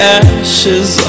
ashes